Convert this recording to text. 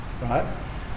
right